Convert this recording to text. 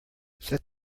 set